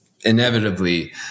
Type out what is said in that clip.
inevitably